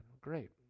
Great